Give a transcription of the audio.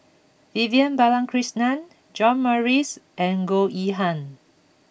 Vivian Balakrishnan John Morrice and Goh Yihan